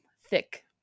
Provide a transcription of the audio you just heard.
thick